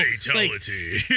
Fatality